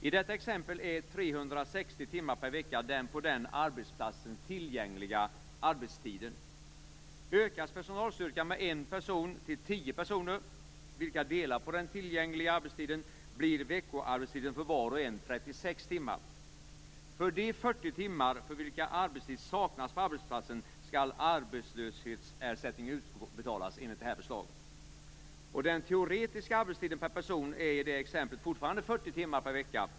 I detta exempel är 360 timmar per vecka den på arbetsplatsen tillgängliga arbetstiden. Ökas personalstyrkan med en person till tio personer, vilka delar på den tillgängliga arbetstiden, blir veckoarbetstiden för var och en 36 timmar. För de 40 timmar för vilka arbetstid saknas på arbetsplatsen skall arbetslöshetsersättning utbetalas, enligt detta förslag. Den teoretiska arbetstiden per person är i detta exempel fortfarande 40 timmar per vecka.